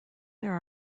there